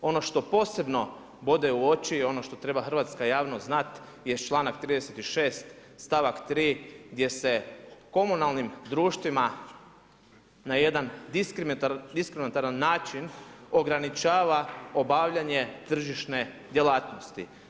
Ono što posebno bode u oči, ono što treba hrvatska javnost znat je članak 36. stavak 3. gdje se komunalnim društvima na jedan diskriminatoran način ograničava obavljanje tržišne djelatnosti.